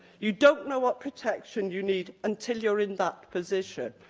you don't know what protection you need until you're in that position.